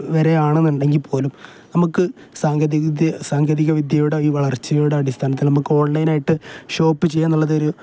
വരെ ആണെന്നുണ്ടെങ്കിൽ പോലും നമുക്ക് സാങ്കേതിക വിദ്യ സാങ്കേതിക വിദ്യയുടെ ഈ വളർച്ചയയുടെ അടിസ്ഥാനത്തിൽ നമുക്ക് ഓൺലൈനായിട്ട് ഷോപ്പ് ചെയ്യുക എന്നുള്ളതൊരു